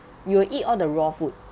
you will eat all the raw food